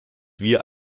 wir